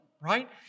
Right